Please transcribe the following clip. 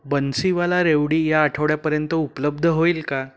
बन्सीवाला रेवडी या आठवड्यापर्यंत उपलब्ध होईल का